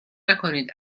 نکنید